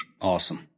Awesome